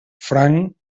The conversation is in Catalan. franc